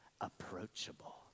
approachable